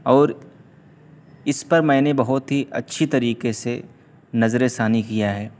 اور اس پر میں نے بہت ہی اچھی طریقے سے نظرِ ثانی کیا ہے